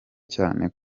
cyane